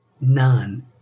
none